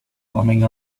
bumming